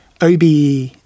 OBE